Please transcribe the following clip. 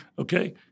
Okay